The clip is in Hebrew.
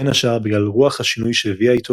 בין השאר בגלל רוח השינוי שהביא איתו